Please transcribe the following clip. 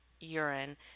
urine